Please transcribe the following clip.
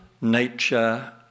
nature